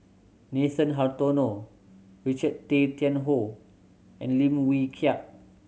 Nathan Hartono Richard Tay Tian Hoe and Lim Wee Kiak